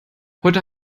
heute